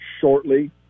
shortly